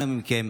אנא מכם,